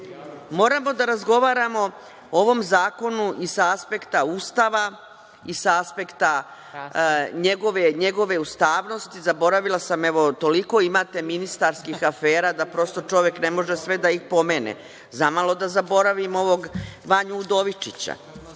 da razgovaramo o ovom zakonu i sa aspekta Ustava i sa aspekta njegove ustavnosti. Zaboravila sam, toliko imate ministarskih afera da prosto čovek ne može sve da ih pomene. Zamalo da zaboravim ovog Vanju Udovičića.